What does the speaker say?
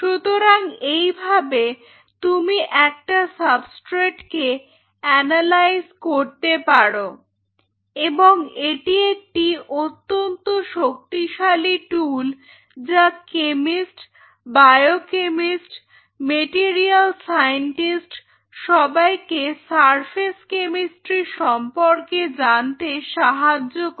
সুতরাং এইভাবে তুমি একটা সাবস্ট্রেট কে অ্যানালাইজ করতে পারো এবং এটি একটি অত্যন্ত শক্তিশালী টুল যা কেমিস্ট বায়োকেমিস্ট মেটেরিয়াল সাইন্টিস্ট সবাইকে সারফেস কেমিস্ট্রি সম্পর্কে জানতে সাহায্য করে